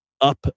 Up